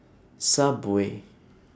Subway